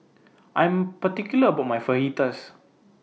I Am particular about My Fajitas